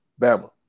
Bama